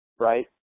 right